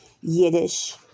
Yiddish